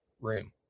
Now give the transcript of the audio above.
room